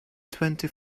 twenty